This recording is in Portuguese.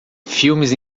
filmes